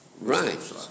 Right